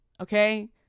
okay